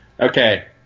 Okay